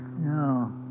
No